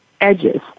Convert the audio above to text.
edges